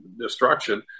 destruction